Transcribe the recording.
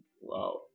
wow